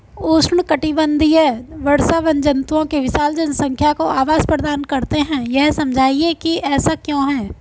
उष्णकटिबंधीय वर्षावन जंतुओं की विशाल जनसंख्या को आवास प्रदान करते हैं यह समझाइए कि ऐसा क्यों है?